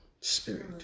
spirit